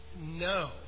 No